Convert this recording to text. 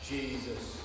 Jesus